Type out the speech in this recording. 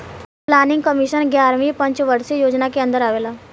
planning commission एग्यारहवी पंचवर्षीय योजना के अन्दर आवेला